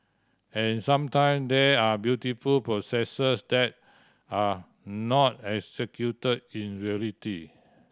and sometime there are beautiful processes that are not execute in reality